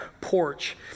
porch